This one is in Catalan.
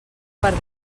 per